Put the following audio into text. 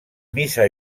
mises